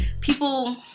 people